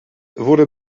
wurde